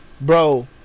bro